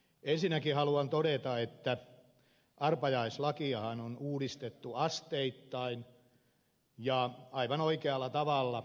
ensinnäkin haluan todeta että arpajaislakiahan on uudistettu asteittain ja aivan oikealla tavalla